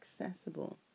accessible